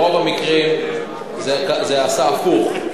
ברוב המקרים זה יצא הפוך,